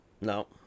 no